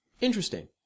Interesting